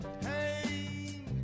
Hey